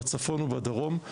בצפון ובדרום.